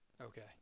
okay